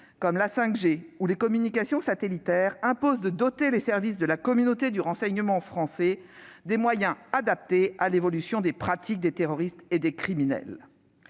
comme la 5G ou les communications satellitaires, imposent de doter les services de la communauté du renseignement français des moyens adaptés à l'évolution des pratiques des terroristes et des criminels.